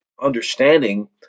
understanding –